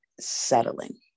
settling